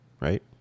right